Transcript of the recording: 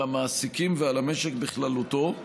על המעסיקים ועל המשק בכללותו,